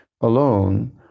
alone